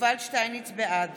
בעד